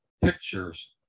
pictures